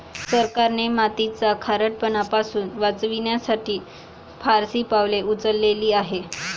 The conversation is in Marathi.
सरकारने मातीचा खारटपणा पासून वाचवण्यासाठी फारशी पावले उचलली आहेत